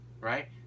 right